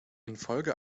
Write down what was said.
infolge